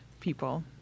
people